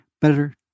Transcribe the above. better